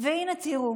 והינה, תראו,